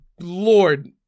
Lord